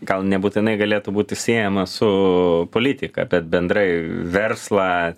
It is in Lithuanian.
gal nebūtinai galėtų būti siejama su politika bet bendrai verslą